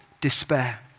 despair